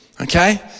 Okay